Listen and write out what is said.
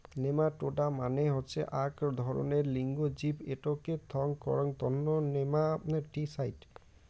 nematoda মানে হসে আক ধরণের লিঙ্গ জীব এটোকে থং করাং তন্ন নেমাটিসাইড